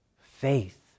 Faith